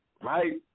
right